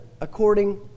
according